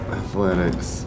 athletics